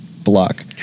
Block